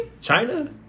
China